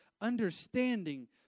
understanding